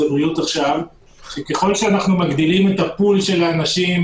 הבריאות ככל שאנחנו מגדילים את הפול של אנשים,